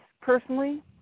personally